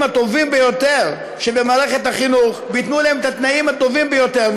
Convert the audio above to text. הטובים ביותר שבמערכת החינוך וייתנו להם את התנאים הטובים ביותר,